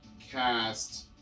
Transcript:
cast